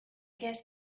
guess